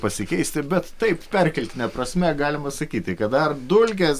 pasikeisti bet taip perkeltine prasme galima sakyti kad dar dulkės